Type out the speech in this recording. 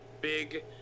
big